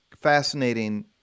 fascinating